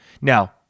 Now